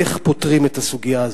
איך פותרים את הסוגיה הזאת.